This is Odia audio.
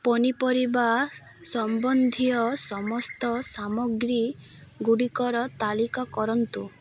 ପନିପରିବା ସମ୍ବନ୍ଧୀୟ ସମସ୍ତ ସାମଗ୍ରୀ ଗୁଡ଼ିକର ତାଲିକା କରନ୍ତୁ